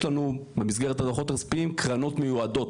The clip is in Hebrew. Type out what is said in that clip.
יש לנו במסגרת הדוחות הכספיים קרנות מיועדות.